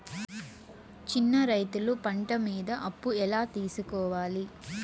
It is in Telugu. చిన్న రైతులు పంట మీద అప్పు ఎలా తీసుకోవాలి?